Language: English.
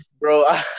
bro